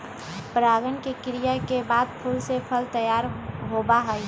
परागण के क्रिया के बाद फूल से फल तैयार होबा हई